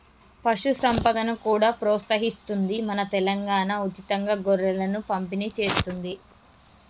పశు సంపదను కూడా ప్రోత్సహిస్తుంది మన తెలంగాణా, ఉచితంగా గొర్రెలను పంపిణి చేస్తుంది